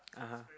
(uh huh)